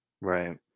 Right